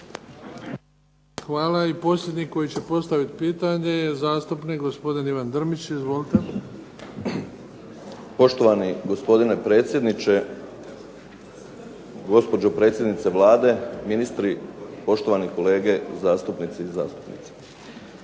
Hvala. I posljednji koji će postaviti pitanje je zastupnik gospodin Ivan Drmić. Izvolite. **Drmić, Ivan (HDSSB)** Poštovani gospodine predsjedniče, gospođo predsjednice Vlade, ministri, poštovani kolege zastupnice i zastupnici.